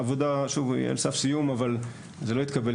העבודה היא על סף סיום אבל זה לא התקבל